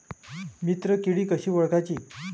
मित्र किडी कशी ओळखाची?